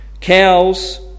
Cows